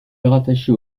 rattachés